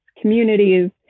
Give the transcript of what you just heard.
communities